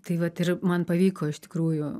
tai vat ir man pavyko iš tikrųjų